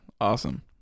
Awesome